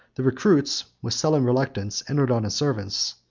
the recruits, with sullen reluctance, entered on a service,